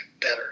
better